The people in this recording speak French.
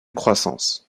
croissance